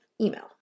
email